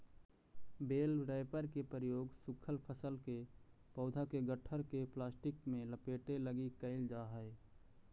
बेल wrapper के प्रयोग सूखल फसल के पौधा के गट्ठर के प्लास्टिक में लपेटे लगी कईल जा हई